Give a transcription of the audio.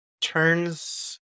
turns